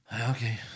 Okay